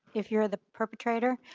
if you're the perpetrator.